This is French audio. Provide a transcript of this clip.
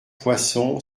poisson